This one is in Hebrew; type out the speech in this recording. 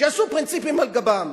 שיעשו פרינציפים על גבם.